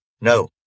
No